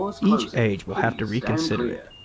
each age will have to reconsider it.